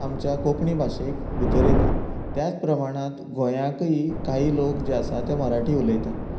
आमच्या कोंकणी भाशेंत भितर येता त्याच प्रमाणांत गोंयाकूय काही लोक जे आसात ते मराठी उलयता